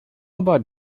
about